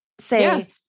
say